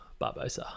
barbosa